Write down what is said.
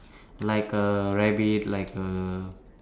like a rabbit like a